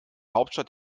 hauptstadt